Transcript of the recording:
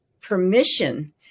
permission